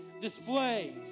displays